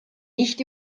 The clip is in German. nicht